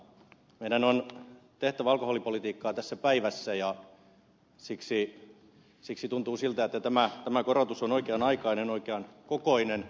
meidän on tehtävä alkoholipolitiikkaa tässä päivässä ja siksi tuntuu siltä että tämä korotus on oikean aikainen oikean kokoinen